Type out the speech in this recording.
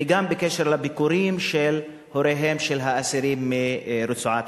וגם בקשר לביקורים של הוריהם של האסירים מרצועת-עזה.